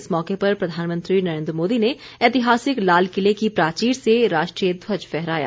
इस मौके पर प्रधानमंत्री नरेन्द्र मोदी ने ऐतिहासिक लाल किले की प्राचीर से राष्ट्रीय ध्वज फहराया